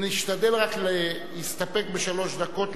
נשתדל רק להסתפק בשלוש דקות,